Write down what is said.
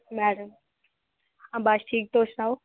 madam आं बस ठीक तुस सनाओ